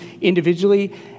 Individually